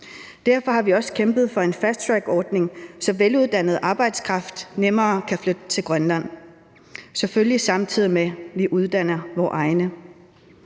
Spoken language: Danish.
Derfor har vi også kæmpet for en fast track-ordning, så veluddannet arbejdskraft nemmere kan flytte til Grønland – selvfølgelig samtidig med at vi uddanner vores egne.